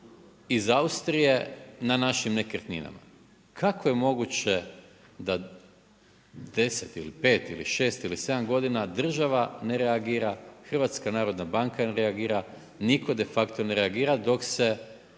iz Austrije na našim nekretninama. Kako je moguće, da 10 ili 5 ili 6 ili 7 godina država ne reagira, HNB ne reagira, nitko de facto ne reagira, dok se,